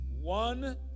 one